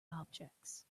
objects